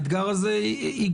האתגר הזה יגדל.